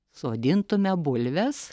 sodintume bulves